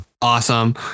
awesome